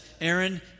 Aaron